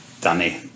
Danny